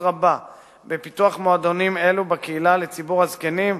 רבה בפיתוח מועדונים אלו בקהילה לציבור הזקנים,